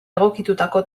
egokitutako